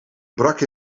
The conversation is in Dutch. brak